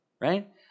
Right